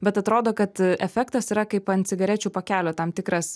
bet atrodo kad efektas yra kaip ant cigarečių pakelio tam tikras